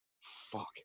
Fuck